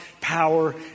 power